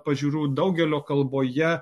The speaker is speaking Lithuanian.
pažiūrų daugelio kalboje